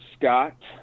Scott